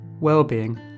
well-being